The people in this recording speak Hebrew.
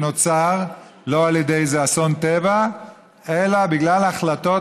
שנוצר לא על ידי איזה אסון טבע אלא בגלל החלטות